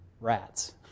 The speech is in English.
Rats